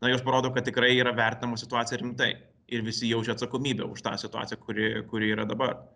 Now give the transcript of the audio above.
na jos parodo kad tikrai yra vertinama situacija rimtai ir visi jaučia atsakomybę už tą situaciją kuri kuri yra dabar